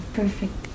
perfect